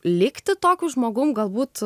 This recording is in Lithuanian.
likti tokiu žmogum galbūt